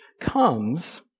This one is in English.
comes